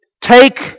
take